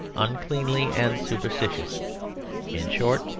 uncleanly, and superstitious in short,